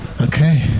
Okay